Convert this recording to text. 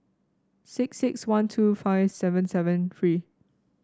six six one two five seven seven three